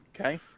Okay